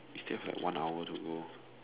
we still have like one hour to go